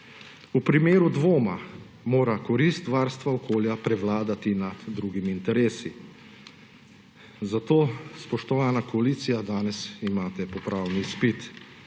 V primeru dvoma mora korist varstva okolja prevladati nad drugimi interesi, zato, spoštovana koalicija, danes imate popravni izpit.